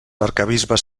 arquebisbes